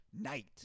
Night